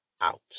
out